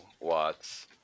Watts